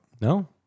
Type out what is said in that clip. No